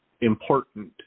important